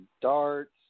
darts